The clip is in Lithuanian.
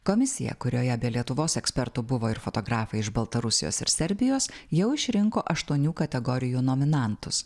komisija kurioje be lietuvos ekspertų buvo ir fotografai iš baltarusijos ir serbijos jau išrinko aštuonių kategorijų nominantus